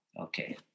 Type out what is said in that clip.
Okay